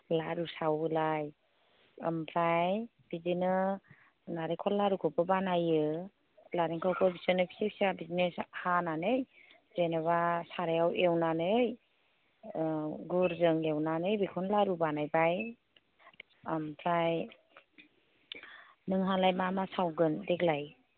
लारु सावोलाय ओमफ्राय बिदिनो नारिखल लारुखौबो बानायो नारिखलखौ बिदिनो फिसा फिसा बिदिनो हानानै जेनेबा साराइयाव एवनानै गुरजों एवनानै बेखौनो लारु बानायबाय ओमफ्राय नोंहालाय मा मा सावगोन देग्लाय